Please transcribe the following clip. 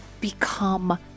become